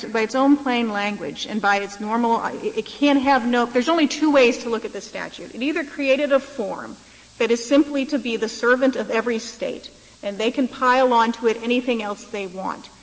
by its own plain language and by its normal it can't have no there is only two ways to look at this statute. it either created a form that is simply to be the servant of every state and they can pile on to it anything else they want,